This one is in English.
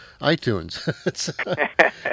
iTunes